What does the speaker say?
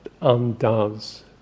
undoes